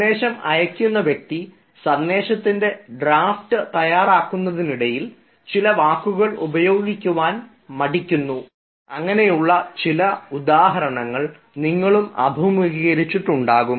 സന്ദേശം അയക്കുന്ന വ്യക്തി സന്ദേശത്തിൻറെ ഡ്രാഫ്റ്റ് തയ്യാറാക്കുന്നതിനിടയിൽ ചില വാക്കുകൾ ഉപയോഗിക്കാൻ മടിക്കുന്ന ചില ഉദാഹരണങ്ങൾ നിങ്ങളും അഭിമുഖീകരിച്ചിട്ടുണ്ടാകും